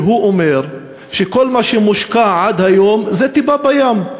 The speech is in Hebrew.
והוא אומר שכל מה שמושקע עד היום זה טיפה בים.